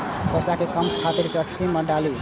पैसा कै कम समय खातिर कुन स्कीम मैं डाली?